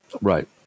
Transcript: Right